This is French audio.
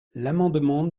l’amendement